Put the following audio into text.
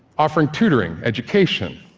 offering tutoring, education,